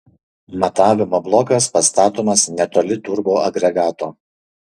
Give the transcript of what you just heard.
matavimo blokas pastatomas netoli turboagregato